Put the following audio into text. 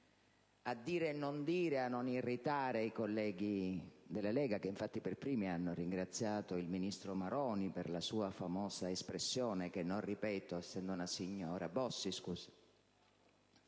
a dire e non dire, a non irritare i colleghi della Lega, che infatti per primi hanno ringraziato il ministro Bossi per la sua famosa espressione che, essendo una signora, non ripeto.